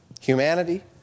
Humanity